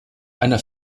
einer